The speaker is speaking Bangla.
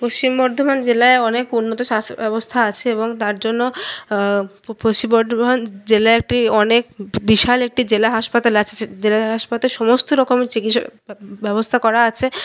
পশ্চিম বর্ধমান জেলায় অনেক উন্নত স্বাস্থ্যব্যবস্থা আছে এবং তার জন্য পশ্চিম বর্ধমান জেলাটি অনেক বিশাল একটি জেলা হাসপাতাল আছে জেলা হাসপাতালে সমস্তরকম চিকিৎসা ব্যবস্থা করা আছে